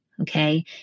okay